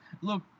look